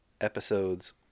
episodes